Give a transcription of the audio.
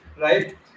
Right